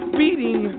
beating